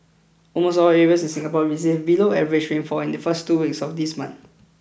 almost all areas of Singapore received below average rainfall in the first two weeks of this month